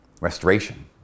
Restoration